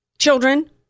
Children